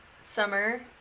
summer